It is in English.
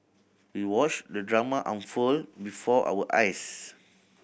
we watched the drama unfold before our eyes